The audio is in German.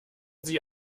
sie